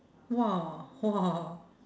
!wow! !wow!